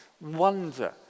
wonder